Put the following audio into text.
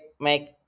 make